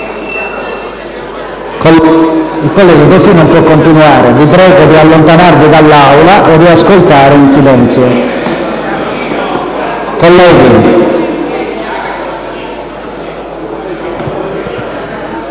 Colleghi, così non si può continuare. Vi prego di allontanarvi dall'Aula o di ascoltare in silenzio. Prego,